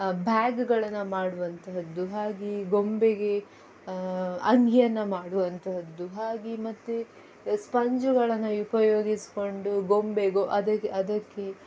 ಭ್ಯಾಗಗಳನ್ನ ಮಾಡುವಂತಹದ್ದು ಹಾಗೆಯೇ ಗೊಂಬೆಗೆ ಅಂಗಿಯನ್ನು ಮಾಡುವಂತಹದ್ದು ಆಗಿ ಮತ್ತೆ ಸ್ಪಂಜುಗಳನ್ನ ಉಪಯೋಗಿಸಿಕೊಂಡು ಗೊಂಬೆಗೊ ಅದ ಅದಕ್ಕೆ